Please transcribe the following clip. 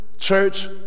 Church